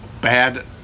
bad